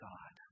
God